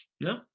No